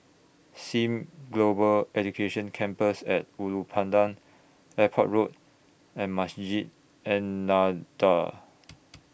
SIM Global Education Campus At Ulu Pandan Airport Road and Masjid An Nahdhah